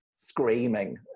screaming